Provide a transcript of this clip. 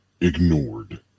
ignored